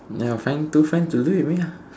ya your friend your two friends do it with me ah